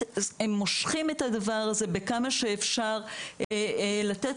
מושכים את הדבר הזה כמה שאפשר כדי לתת